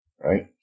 right